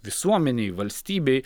visuomenei valstybei